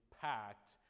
packed